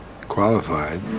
qualified